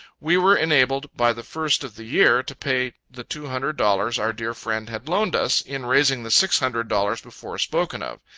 we were enabled by the first of the year, to pay the two hundred dollars our dear friend had loaned us, in raising the six hundred dollars before spoken of.